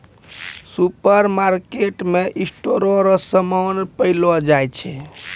सुपरमार्केटमे स्टोर रो समान पैलो जाय छै